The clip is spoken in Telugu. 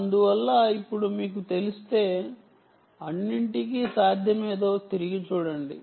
అందువల్ల ఇప్పుడు మీకు తెలిస్తే అన్నింటికీ సాధ్యమేదో తిరిగి చూడండి